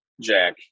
Jack